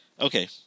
Okay